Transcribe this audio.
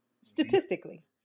statistically